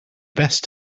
best